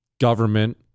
government